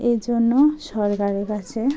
এই জন্য সরকারের কাছে